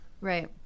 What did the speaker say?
Right